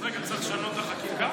אז רגע, צריך לשנות את החקיקה?